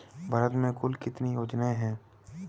भारत में कुल कितनी योजनाएं हैं?